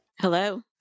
Hello